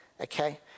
Okay